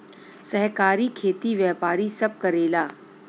सहकारी खेती व्यापारी सब करेला